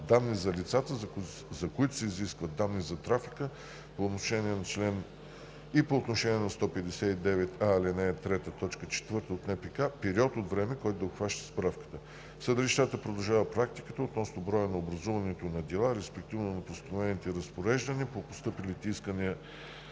данни за лицата, за които се изискват данни за трафика, и по отношение на чл. 159а, ал. 3, т. 4 от НПК – период от време, който да обхваща справката. В съдилищата продължава практиката относно броя на образуването на дела, респективно на постановените разпореждания по постъпилите искания